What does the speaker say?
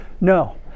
No